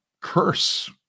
curse